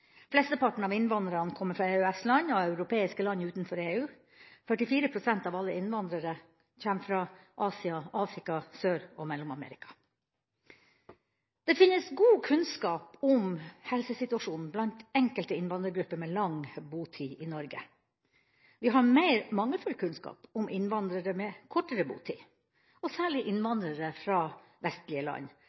Flesteparten av innvandrerne kommer fra EØS-land og europeiske land utenfor EU. 44 pst. av alle innvandrerne kommer fra Asia, Afrika og Sør- og Mellom-Amerika. Det finnes god kunnskap om helsesituasjonen blant enkelte innvandrergrupper med lang botid i Norge. Vi har mer mangelfull kunnskap om innvandrere med kortere botid. Særlig gjelder dette innvandrere fra vestlige land